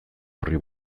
orri